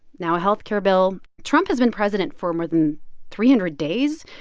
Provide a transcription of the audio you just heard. now a health care bill. trump has been president for more than three hundred days.